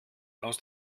aus